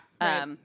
Right